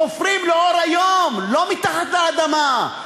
חופרים לאור היום, לא מתחת לאדמה.